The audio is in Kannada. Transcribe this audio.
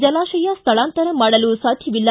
ಜಲಾಶಯ ಸ್ಥಳಾಂತರ ಮಾಡಲು ಸಾಧ್ತವಿಲ್ಲ